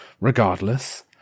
regardless